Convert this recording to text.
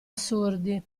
assurdi